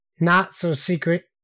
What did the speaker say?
not-so-secret